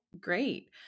great